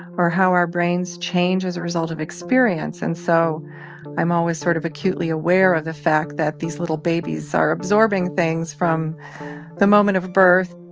or how our brains change as a result of experience. and so i'm always sort of acutely aware of the fact that these little babies are absorbing things from the moment of birth